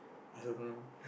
i don't know